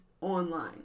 online